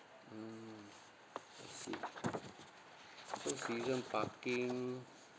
mm I see so season parking